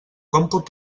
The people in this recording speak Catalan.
còmput